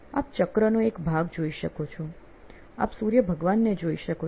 આપ ચક્રનો એક ભાગ જોઈ શકો છો આપ સૂર્ય ભગવાનને જોઈ શકો છો